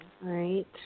Right